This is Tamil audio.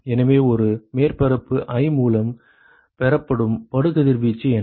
எனவே ஒரு மேற்பரப்பு i மூலம் பெறப்படும் படுகதிர்வீச்சு என்ன